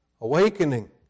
awakening